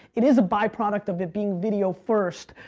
it is a byproduct of it being video first.